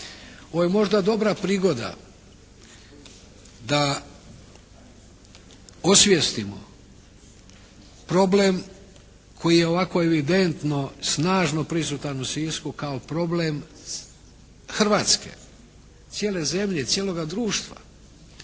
Ovo je možda dobra prigoda da osvijestimo problem koji je ovako evidentno snažno prisutan u Sisku kao problem Hrvatske, cijele zemlje i cijeloga društva,